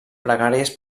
pregàries